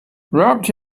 wrapped